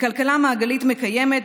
לכלכלה מעגלית מקיימת,